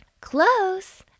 Close